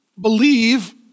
believe